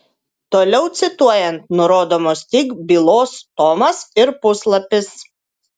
toliau cituojant nurodomas tik bylos tomas ir puslapis